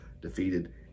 defeated